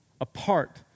apart